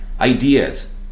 ideas